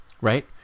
right